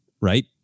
right